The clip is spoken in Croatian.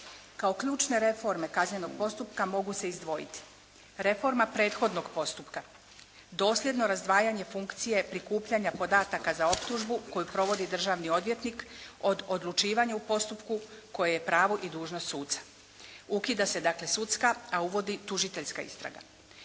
Kao ključne reforme kaznenog postupka mogu se izdvojiti: reforma prethodnog postupka, dosljedno razdvajanje funkcije prikupljanja podataka za opslužbu koju provodi državni odvjetnik od odlučivanju u postupku koje pravo i dužnost suca. Ukida se dakle sudska, a uvodi tužiteljska istraga.